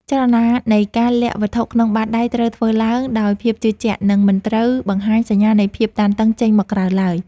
ចលនានៃការលាក់វត្ថុក្នុងបាតដៃត្រូវធ្វើឡើងដោយភាពជឿជាក់ និង មិនត្រូវបង្ហាញសញ្ញានៃភាពតានតឹងចេញមកក្រៅឡើយ។